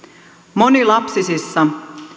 monilapsisissa